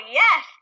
yes